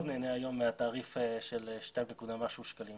נהנה היום מהתעריף של 2 נקודה משהו שקלים